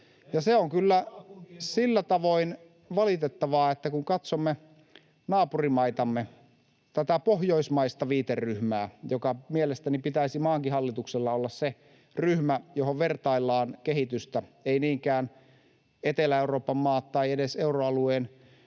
se on kyllä sillä tavoin valitettavaa, että kun katsomme naapurimaitamme, tätä pohjoismaista viiteryhmää — jonka mielestäni pitäisi maankin hallituksella olla se ryhmä, johon vertaillaan kehitystä, ei niinkään Etelä-Euroopan maat tai edes euroalueen